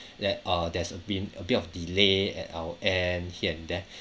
that uh there's been a bit of delay at our end here and there